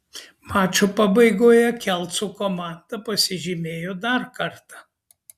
mačo pabaigoje kelcų komanda pasižymėjo dar kartą